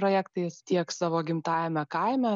projektais tiek savo gimtajame kaime